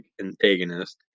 antagonist